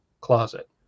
closet